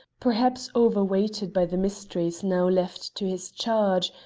perhaps overweighted by the mysteries now left to his charge,